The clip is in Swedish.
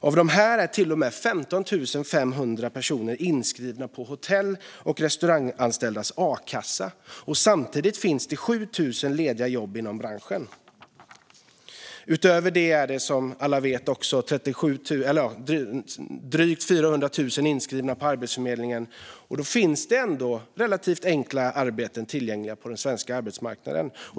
Av dessa är till och med 15 500 personer inskrivna i Hotell och restaurangfackets a-kassa. Samtidigt finns det 7 000 lediga jobb inom branschen. Utöver detta är, som alla vet, drygt 400 000 personer inskrivna på Arbetsförmedlingen. Och då finns ändå relativt enkla arbeten tillgängliga på den svenska arbetsmarknaden.